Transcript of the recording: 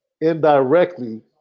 indirectly